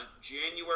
January